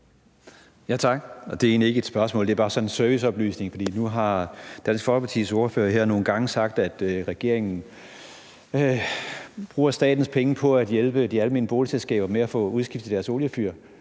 Tak. Det er egentlig ikke et spørgsmål, det er bare sådan en serviceoplysning, for nu har Dansk Folkepartis ordfører her nogle gange sagt, at regeringen bruger statens penge på at hjælpe de almene boligselskaber med at få udskiftet deres oliefyr.